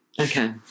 Okay